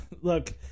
Look